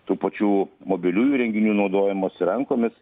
tų pačių mobiliųjų įrenginių naudojimosi rankomis